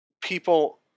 people